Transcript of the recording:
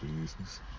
business